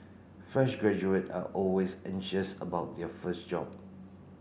fresh graduate are always anxious about their first job